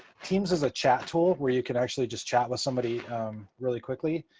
teams is a chat tool, where you can actually just chat with somebody really quickly.